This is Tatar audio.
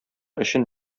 өчен